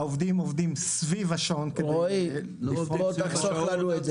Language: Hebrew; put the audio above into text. העובדים עובדים סביב השעון כדי --- לפחות תחסוך לנו את זה.